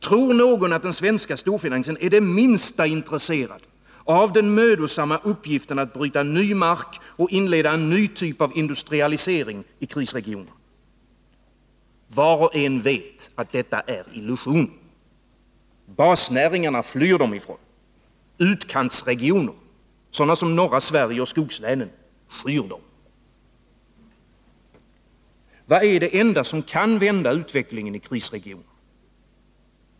Tror någon att den svenska storfinansen är det minsta intresserad av den mödosamma uppgiften att bryta ny mark och inleda en ny typ av industrialisering i krisregionerna. Var och en vet att detta är illusioner. Basnäringarna flyr de ifrån. Utkantsregioner, sådana som norra Sverige och skogslänen, skyr de. Vad är det enda som kan vända utvecklingen i krisregionerna?